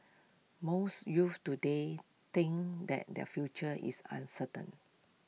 most youths today think that their future is uncertain